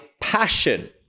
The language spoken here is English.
passion